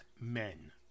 men